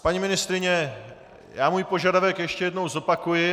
Paní ministryně, já svůj požadavek ještě jednou zopakuji.